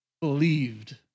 believed